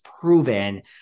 proven